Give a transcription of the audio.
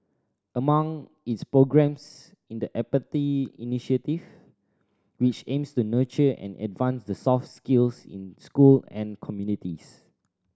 among its programmes in the Empathy Initiative which aims to nurture and advance the soft skills in school and communities